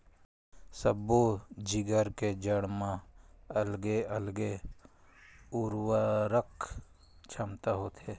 सब्बो जिगर के जड़ म अलगे अलगे उरवरक छमता होथे